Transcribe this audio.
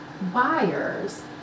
Buyers